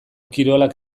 kirolak